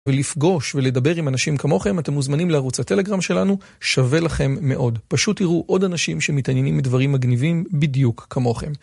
ולפגוש ולדבר עם אנשים כמוכם, אתם מוזמנים לערוץ הטלגרם שלנו, שווה לכם מאוד. פשוט תראו עוד אנשים שמתעניינים מדברים מגניבים בדיוק כמוכם.